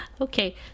Okay